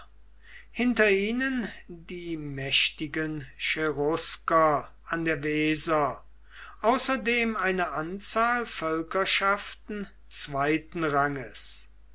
hinter ihnen die mächtigen cherusker an der weser außerdem eine anzahl völkerschaften zweiten ranges